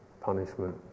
punishment